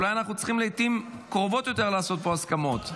אולי אנחנו צריכים לעיתים קרובות יותר לעשות פה הסכמות.